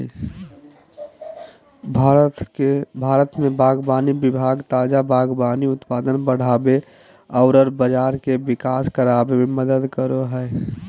भारत में बागवानी विभाग ताजा बागवानी उत्पाद बढ़ाबे औरर बाजार के विकास कराबे में मदद करो हइ